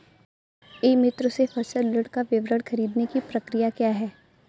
ई मित्र से फसल ऋण का विवरण ख़रीदने की प्रक्रिया क्या है?